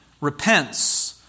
repents